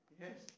Yes